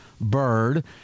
Bird